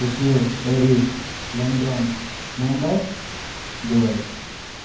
Tokyo Paris London Mumbai Dubai